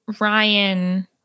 Ryan